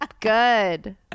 good